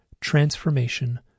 Transformation